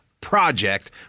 Project